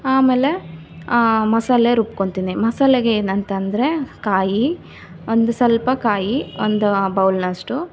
ಆಮೇಲೆ ಮಸಾಲೆ ರುಬ್ಕೊಳ್ತೀನಿ ಮಸಾಲೆಗೆ ಏನು ಅಂತ ಅಂದರೆ ಕಾಯಿ ಒಂದು ಸ್ವಲ್ಪ ಕಾಯಿ ಒಂದು ಬೌಲ್ನಷ್ಟು